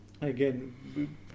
Again